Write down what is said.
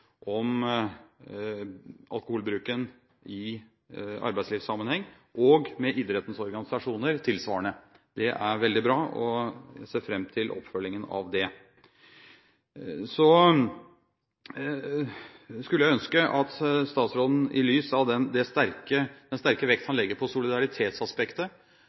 om alkoholbruken i arbeidslivssammenheng, og med idrettens organisasjoner tilsvarende. Det er veldig bra, og jeg ser fram til oppfølgingen av det. Så skulle jeg ønske at statsråden i lys av den sterke vekt han legger på solidaritetsaspektet